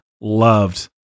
loved